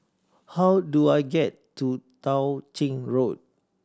how do I get to Tao Ching Road